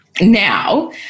now